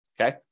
okay